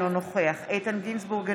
אינו נוכח איתן גינזבורג,